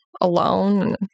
alone